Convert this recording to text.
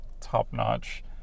top-notch